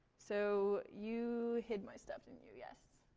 so you hid my stuff in view, yes.